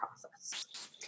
process